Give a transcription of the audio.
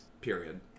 period